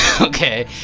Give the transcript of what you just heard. okay